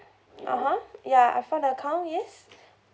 (uh huh) ya I found the account yes